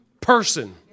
person